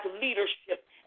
leadership